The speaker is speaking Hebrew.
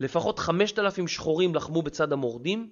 לפחות 5,000 שחורים לחמו בצד המורדים